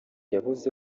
yavuze